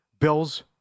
Bills